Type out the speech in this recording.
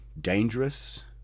dangerous